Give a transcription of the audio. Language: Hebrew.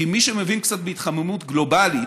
כי מי שמבין קצת בהתחממות גלובלית,